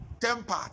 temper